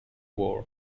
war